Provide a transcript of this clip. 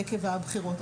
עקב הבחירות.